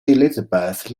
elizabeth